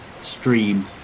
Stream